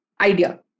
idea